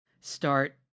start